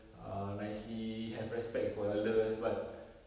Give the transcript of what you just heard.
ah nicely have respect for elders but